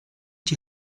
die